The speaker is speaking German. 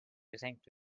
geschenkt